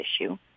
issue